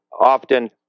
often